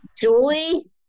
Julie